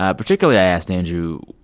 ah particularly, i asked andrew,